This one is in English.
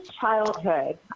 childhood